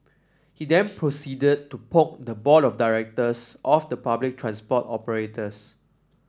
he then proceeded to poke the board of directors of the public transport operators